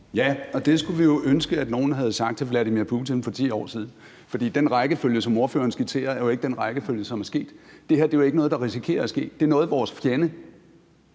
Ja, og det kunne man jo ønske at nogen havde sagt til Vladimir Putin for 10 år siden. For den rækkefølge, som fru Mai Villadsen skitserer, er jo ikke den rækkefølge, som det er sket i. Det her er jo ikke noget, der risikerer at ske. Det er noget, vores fjende,